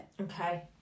okay